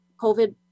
COVID